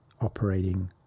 operating